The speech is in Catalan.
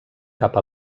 cap